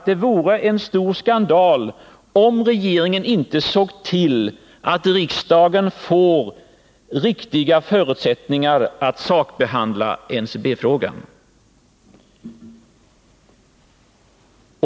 Det vore stor skandal om regeringen inte såg till att riksdagen får riktiga förutsättningar att sakbehandla NCB-frågan.